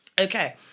Okay